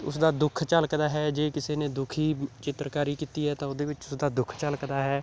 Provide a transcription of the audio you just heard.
ਉਸ ਦਾ ਦੁੱਖ ਝਲਕਦਾ ਹੈ ਜੇ ਕਿਸੇ ਨੇ ਦੁਖੀ ਚਿੱਤਰਕਾਰੀ ਕੀਤੀ ਹੈ ਤਾਂ ਉਹਦੇ ਵਿੱਚ ਉਹਦਾ ਦੁੱਖ ਝਲਕਦਾ ਹੈ